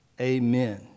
Amen